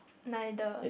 neither